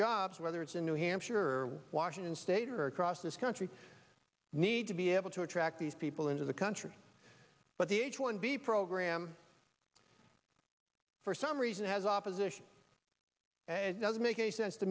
jobs whether it's in new hampshire or washington state or across this country need to be able to attract these people into the country but the h one b program for some reason has opposition and doesn't make any sense to